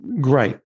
great